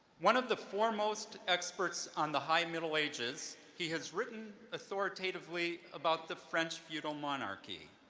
one of the foremost experts on the high middle ages, he has written authoritatively about the french feudal monarchy.